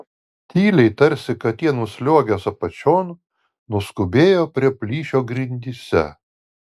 tyliai tarsi katė nusliuogęs apačion nuskubėjo prie plyšio grindyse